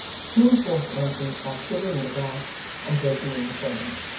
soon forced an entrance by shivering the glass and breaking in the frames.